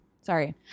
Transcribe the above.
sorry